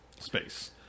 Space